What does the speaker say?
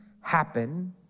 happen